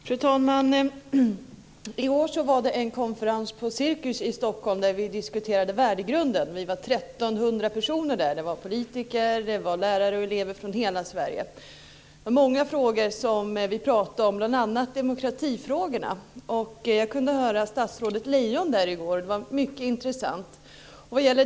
Fru talman! I går var det en konferens på Cirkus i Stockholm där vi diskuterade värdegrunden. Vi var 1 300 personer där. Det var politiker, lärare och elever från hela Sverige. Det var många frågor som vi pratade om, bl.a. demokratifrågorna. Jag kunde höra statsrådet Lejon där i går. Det var mycket intressant.